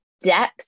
depth